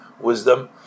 wisdom